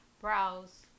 brows